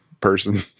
person